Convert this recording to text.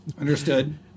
understood